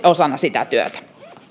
osana sitä työtä